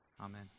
Amen